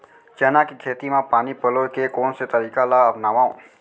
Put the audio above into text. चना के खेती म पानी पलोय के कोन से तरीका ला अपनावव?